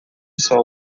sol